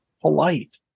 polite